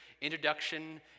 introduction